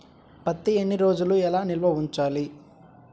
పత్తి ఎన్ని రోజులు ఎలా నిల్వ ఉంచాలి?